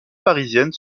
parisiennes